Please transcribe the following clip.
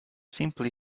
simply